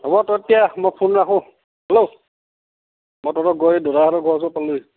হ'ব তই তেতিয়া আহ মই ফোন ৰাখো হেল্ল' মই তহঁতৰ গৈ এই দদাইহঁতৰ ঘৰৰ ওচৰ পালোহি